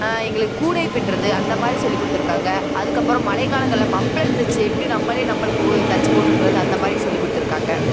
எங்களுக்கு கூடை பின்னுறது அந்த மாதிரி சொல்லி கொடுத்துருக்காங்க அதுக்கப்பறம் மழைக் காலங்களில் மப்ளர் தைத்து எப்படி நம்மளே நம்மளுக்கு தைத்து போட்டுக்கிறது அந்த மாதிரி சொல்லி கொடுத்துருக்காங்க